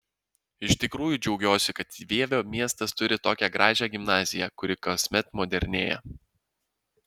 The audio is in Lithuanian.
iš tikrųjų džiaugiuosi kad vievio miestas turi tokią gražią gimnaziją kuri kasmet modernėja